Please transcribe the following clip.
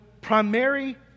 primary